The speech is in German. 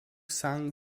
san